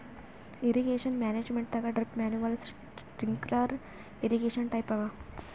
irrigation ಮ್ಯಾನೇಜ್ಮೆಂಟದಾಗ್ drip manual sprinkler irrigation type ಅವ